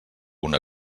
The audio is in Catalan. una